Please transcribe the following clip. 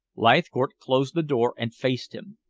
leithcourt closed the door and faced him.